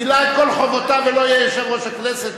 מילא את כל חובותיו ולא יהיה יושב-ראש הכנסת?